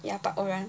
ya park oh ran